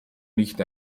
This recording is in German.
nicht